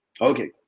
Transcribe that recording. Okay